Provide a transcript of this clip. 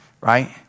right